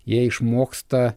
jie išmoksta